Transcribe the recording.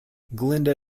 glinda